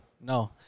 No